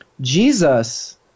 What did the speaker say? Jesus